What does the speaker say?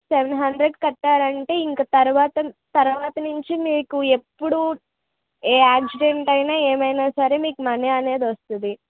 seven hundred కట్టారు అంటే ఇంకా తరువాత నుంచి మీకు ఎప్పుడు ఏ ఆక్సిడెంట్ అయినా ఏమైనా సరే మీకు మనీ అనేది వస్తుంది